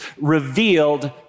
revealed